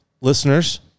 listeners